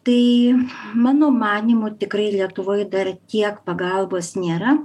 tai mano manymu tikrai lietuvoj dar tiek pagalbos nėra